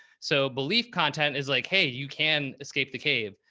so belief content is like, hey, you can escape the cave.